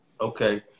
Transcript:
Okay